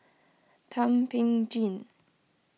Thum Ping Tjin